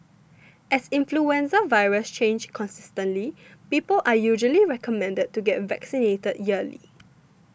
as influenza viruses change constantly people are usually recommended to get vaccinated yearly